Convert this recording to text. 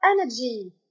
energy